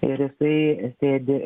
ir jisai sėdi